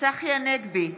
צחי הנגבי,